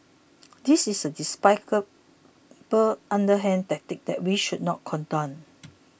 this is a underhand tactic that we should not condone